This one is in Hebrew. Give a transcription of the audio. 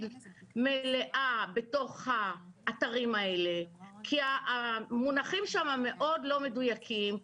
מלאה בתוך האתרים האלה כי המונחים שם מאוד לא מדויקים,